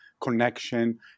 connection